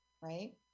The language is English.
right